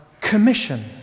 commission